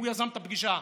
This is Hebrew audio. הוא יזם את הפגישה.